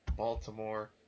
Baltimore